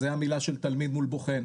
זה היה מילה של תלמיד מול בוחן,